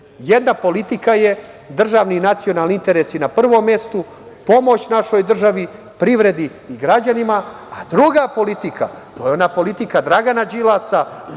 Jedna politika je – državni i nacionalni interesi na prvom mestu, pomoć našoj državi, privredi i građanima, a druga politika je ona politika Dragana Đilasa